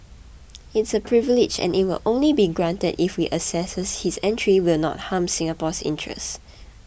it's a privilege and it will only be granted if we assess his entry will not harm Singapore's interests